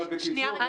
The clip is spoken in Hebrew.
אבל בקיצור,